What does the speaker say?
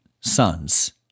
sons